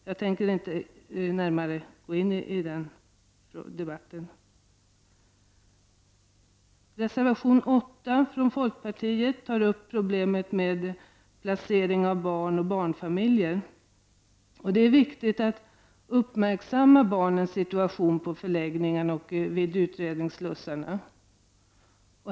Jag tänker inte närmare gå in i den debatten. Reservation 8 från folkpartiet drar upp problemet med placering av barn och barnfamiljer. Det är viktigt att uppmärksamma barnens situation på förläggningarna och vid utredningsslussarna.